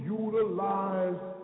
utilize